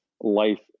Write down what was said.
life